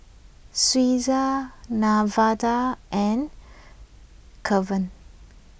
Suzie Nevada and Kevon